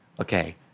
Okay